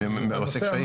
עושה קשיים?